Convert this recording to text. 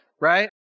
right